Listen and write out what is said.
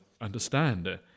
understand